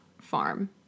farm